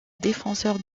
défenseur